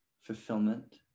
fulfillment